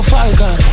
Falcon